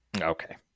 okay